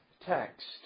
text